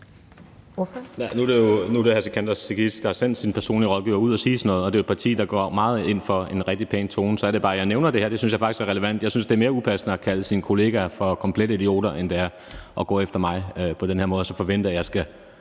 Nu er det hr. Sikandar Siddique, der har sendt sin personlige rådgiver ud for at sende sådan noget, og det er jo et parti, der går meget ind for en rigtig pæn tone, og så er det bare, at jeg nævner det her, for det synes jeg faktisk er relevant. Jeg synes, det er mere upassende at kalde en af sine kolleger for komplet idiot og gå efter mig på den her måde og så forvente, at jeg skal